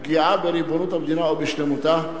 פגיעה בריבונות המדינה או בשלמותה,